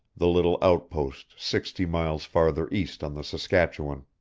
the little outpost sixty miles farther east on the saskatchewan.